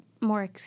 more